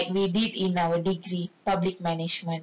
like maybe in our degree public management